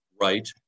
right